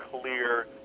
clear